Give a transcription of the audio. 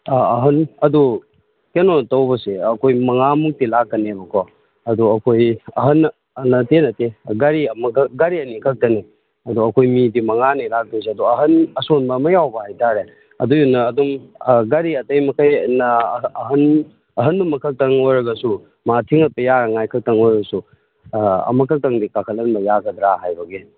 ꯑꯥ ꯑꯍꯟ ꯑꯗꯨ ꯀꯩꯅꯣ ꯇꯧꯕꯁꯦ ꯑꯥ ꯑꯩꯈꯣꯏ ꯃꯉꯥꯃꯨꯛꯇꯤ ꯂꯥꯛꯀꯅꯦꯕꯀꯣ ꯑꯗꯣ ꯑꯩꯈꯣꯏ ꯑꯍꯟ ꯅꯠꯇꯦ ꯅꯠꯇꯦ ꯒꯥꯔꯤ ꯑꯃꯈꯛ ꯒꯥꯔꯤ ꯑꯅꯤ ꯈꯛꯇꯅꯤ ꯑꯗꯣ ꯑꯩꯈꯣꯏ ꯃꯤꯗꯤ ꯃꯉꯥꯅꯤ ꯂꯥꯛꯇꯣꯏꯁꯦ ꯑꯗꯣ ꯑꯍꯟ ꯑꯁꯣꯟꯕ ꯑꯃ ꯌꯥꯎꯕ ꯍꯥꯏꯇꯥꯔꯦ ꯑꯗꯨꯒꯤꯗꯨꯅ ꯑꯗꯨꯝ ꯑꯥ ꯒꯥꯔꯤ ꯑꯇꯩ ꯃꯈꯩꯅ ꯑꯍꯟ ꯑꯍꯟ ꯑꯃꯈꯛꯇꯪ ꯑꯣꯏꯔꯒꯁꯨ ꯃꯥ ꯊꯤꯟꯒꯠꯄ ꯌꯥꯅꯉꯥꯏ ꯈꯛꯇꯪ ꯑꯣꯏꯔꯕꯁꯨ ꯑꯥ ꯑꯃꯈꯛꯇꯪꯗꯤ ꯀꯥꯈꯠꯍꯟꯕ ꯌꯥꯒꯗ꯭ꯔꯥ ꯍꯥꯏꯕꯒꯤ